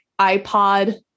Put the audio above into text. iPod